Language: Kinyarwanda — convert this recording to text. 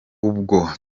ubwo